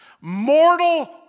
mortal